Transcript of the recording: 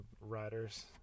Riders